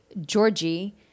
Georgie